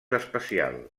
especial